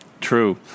True